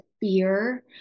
fear